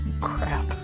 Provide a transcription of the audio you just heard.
Crap